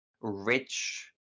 rich